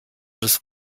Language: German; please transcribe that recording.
des